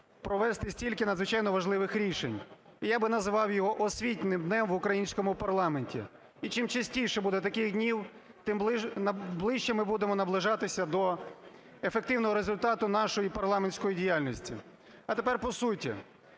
провести стільки надзвичайно важливих рішень. І я би назвав його освітнім днем в українському парламенті. І чим частіше буде таких днів, тим ближче ми будемо наближатися до ефективного результату нашої і парламентської діяльності. А тепер по суті.